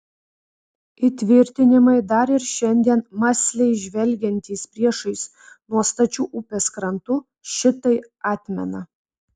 įtvirtinimai dar ir šiandien mąsliai žvelgiantys priešais nuo stačių upės krantų šitai atmena